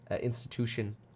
institution